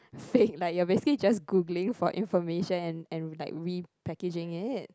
Faith like you're basically just Googling for information and and like repackaging it